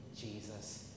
Jesus